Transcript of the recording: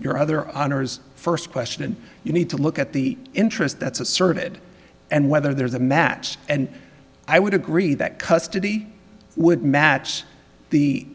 your other honors first question you need to look at the interest that's asserted and whether there's a match and i would agree that custody would match the